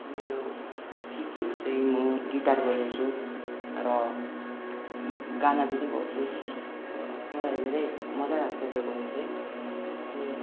मेरो सिपहरू चाहिँ म गिटार बजाउँछु र गाना पनि गाउँछु तर मलाई धेरै मजा लाग्छ त्यो गर्नु चाहिँ अनि